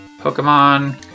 Pokemon